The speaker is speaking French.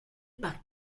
par